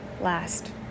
last